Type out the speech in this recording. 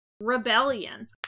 rebellion